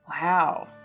Wow